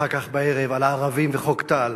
אחר כך, בערב, על הערבים וחוק טל.